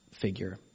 figure